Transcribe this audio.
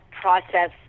process